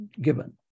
given